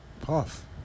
Puff